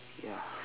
ya